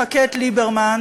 מחקה את ליברמן,